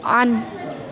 on